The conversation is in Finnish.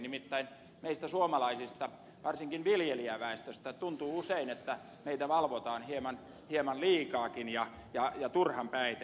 nimittäin meistä suomalaisista varsinkin viljelijäväestöstä tuntuu usein että meitä valvotaan hieman liikaakin ja turhan päiten